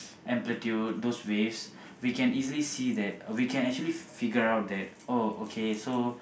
amplitude those waves we can easily see that we can actually figure out that oh okay so